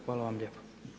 Hvala vam lijepa.